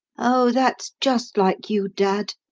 oh, that's just like you, dad,